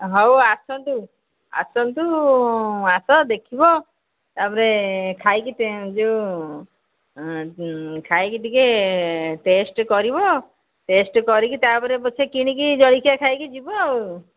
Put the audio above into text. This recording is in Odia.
ହଉ ଆସନ୍ତୁ ଆସନ୍ତୁ ଆସ ଦେଖିବ ତା'ପରେ ଖାଇକି ଯେଉଁ ଖାଇକି ଟିକେ ଟେଷ୍ଟ କରିବ ଟେଷ୍ଟ କରିକି ତା'ପରେ ପଛେ କିଣିକି ଜଳଖିଆ ଖାଇକି ଯିବ ଆଉ